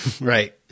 Right